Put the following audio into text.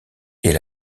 est